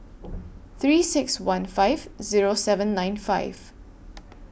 three six one five Zero seven nine five